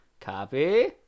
copy